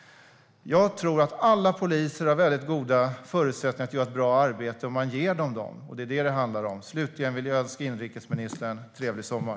Jag tror att alla poliser kan göra ett bra arbete om man ger dem goda förutsättningar. Det är detta det handlar om. Slutligen vill jag önska inrikesministern en trevlig sommar.